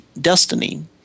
destiny